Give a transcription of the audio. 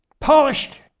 polished